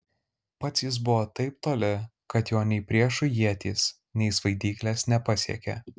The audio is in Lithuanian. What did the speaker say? pats jis buvo taip toli kad jo nei priešų ietys nei svaidyklės nepasiekė